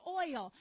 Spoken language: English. oil